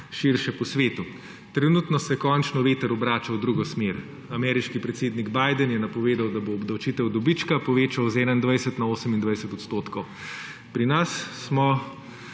širše po svetu. Trenutno se končno veter obrača v drugo smer. Ameriški predsednik Biden je napovedal, da bo obdavčitev dobička povečal z 21 na 28 %. Pri nas smo